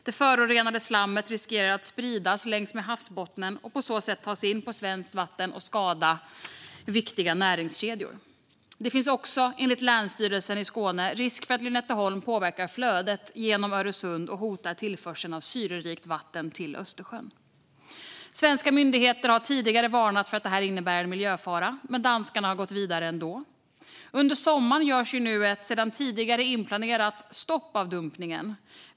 Det förorenade slammet riskerar att spridas längs med havsbottnen och på så sätt ta sig in på svenskt vatten och skada viktiga näringskedjor. Det finns också, enligt Länsstyrelsen Skåne, risk för att Lynetteholmen påverkar flödet genom Öresund och hotar tillförseln av syrerikt vatten till Östersjön. Svenska myndigheter har tidigare varnat för att det här innebär en miljöfara, men danskarna har gått vidare ändå. Under sommaren görs ett planerat stopp av dumpningen.